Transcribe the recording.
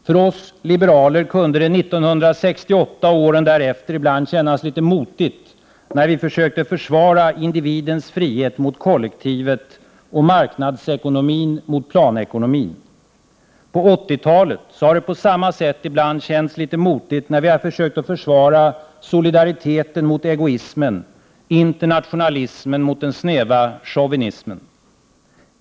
För oss liberaler kunde det 1968 och åren därefter ibland kännas litet motigt när vi försökte försvara individens frihet mot kollektivet och marknadsekonomin mot planekonomin. På 1980-talet har det på samma sätt ibland känts litet motigt att försvara solidariteten mot egoismen, internationalismen mot den snäva chauvinismen.